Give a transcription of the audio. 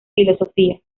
filosofía